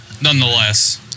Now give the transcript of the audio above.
nonetheless